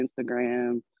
Instagram